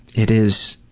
it is,